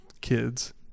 kids